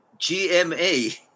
GMA